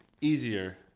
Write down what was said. easier